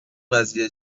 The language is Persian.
قضیه